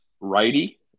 righty